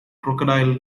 crocodile